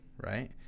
right